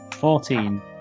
Fourteen